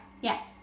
Yes